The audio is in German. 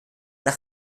nach